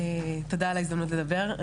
תודה על ההזדמנות לדבר,